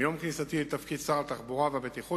מיום כניסתי לתפקיד שר התחבורה והבטיחות